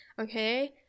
okay